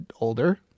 older